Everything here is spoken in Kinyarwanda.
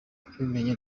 abimenye